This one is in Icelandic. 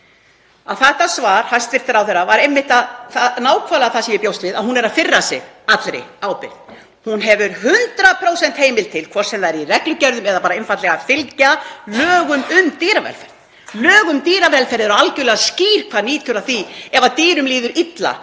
þetta svar hæstv. ráðherra var nákvæmlega það sem ég bjóst við. Hún er að firra sig allri ábyrgð. Hún hefur 100% heimild, hvort sem er í reglugerðum eða einfaldlega að fylgja lögum um dýravelferð. Lög um dýravelferð eru algerlega skýr hvað lýtur að því ef dýrum líður illa